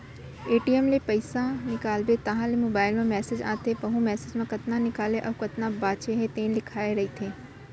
ATM ले पइसा निकालबे तहाँ ले मोबाईल म मेसेज आथे वहूँ मेसेज म कतना निकाले अउ कतना बाचे हे तेन लिखाए रहिथे